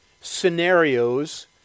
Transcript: scenarios